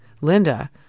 Linda